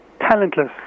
talentless